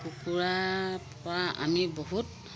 কুকুৰাৰ পৰা আমি বহুত